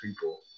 people